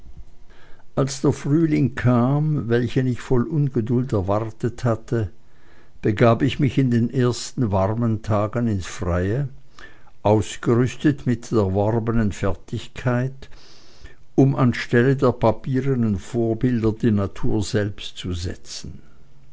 als der frühling kam welchen ich voll ungeduld erwartet hatte begab ich mich in den ersten warmen tagen ins freie ausgerüstet mit der erworbenen fertigkeit um an die stelle der papiernen vorbilder die natur selbst zu setzen